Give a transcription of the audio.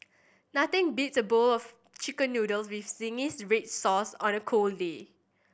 nothing beats a bowl of Chicken Noodles with zingy red sauce on a cold day